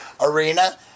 arena